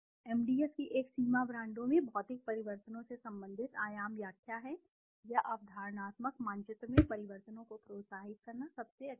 MDS की एक सीमा ब्रांडों में भौतिक परिवर्तनों से संबंधित आयाम व्याख्या है या अवधारणात्मक मानचित्र में परिवर्तनों को प्रोत्साहित करना सबसे अच्छा है